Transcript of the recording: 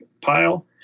pile